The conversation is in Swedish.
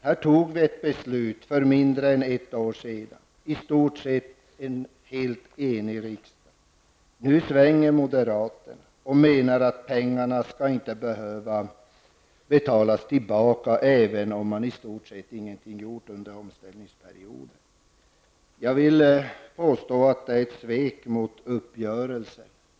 Här tog en i stort sett helt enig riksdag ett beslut för mindre än ett år sedan. Nu svänger moderaterna och menar att pengarna inte skall behöva betalas tillbaka även om man ingenting gjort under omställningsperioden. Jag vill påstå att detta är ett svek mot uppgörelsen.